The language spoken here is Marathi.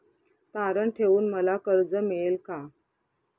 तारण ठेवून मला कर्ज मिळेल का?